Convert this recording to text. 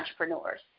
entrepreneurs